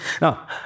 Now